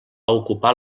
ocupar